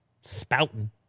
spouting